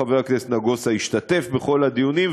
חבר הכנסת נגוסה השתתף בכל הדיונים,